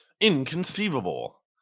inconceivable